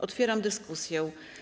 Otwieram dyskusję.